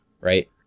Right